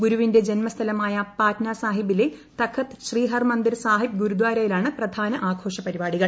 ഗുരുവിന്റെ ജന്മസ്ഥലമായ പാറ്റ്ന സാഹിബിലെ തഖത്ത് ശ്രീ ഹർമന്ദിർ സാഹിബ് ഗുരുദാരയിലാണ് പ്രധാന ആഘോഷ പരിപാടികൾ